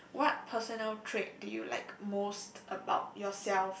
what personal trait do you like most about yourself